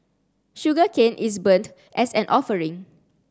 sugarcane is burnt as an offering